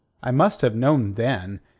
i must have known then,